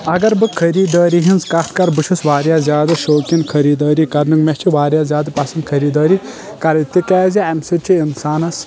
اگر بہٕ خٔریٖدٲری ہنٛز کتھ کرٕ بہٕ چھُس واریاہ زیادٕ شوقیٖن خٔریٖدٲری کرنُک مےٚ چھِ واریاہ زیادٕ پسنٛد خٔریٖدٲری کرٕنۍ تِکیازِ امہِ سۭتۍ چھُ انسانس